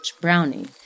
Brownie